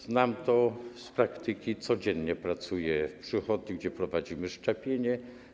Znam to z praktyki, codziennie pracuję w przychodni, gdzie prowadzimy szczepienie.